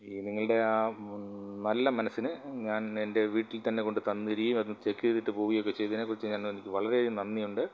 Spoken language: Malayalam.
നിങ്ങളുടെ ആ നല്ല മനസ്സിന് ഞാൻ എൻ്റെ വീട്ടിൽ തന്നെ കൊണ്ടു തന്നീടുകയും അത് ചെക്ക് ചെയ്തിട്ട് പോവുകയൊക്കെ ചെയ്തതിനെ കുറിച്ച് ഞാൻ എനിക്ക് വളരെയധികം നന്ദിയുണ്ട്